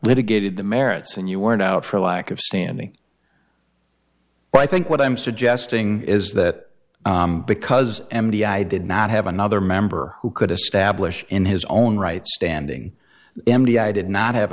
litigated the merits and you weren't out for lack of standing but i think what i'm suggesting is that because m d i did not have another member who could establish in his own right standing empty i did not have